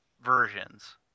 versions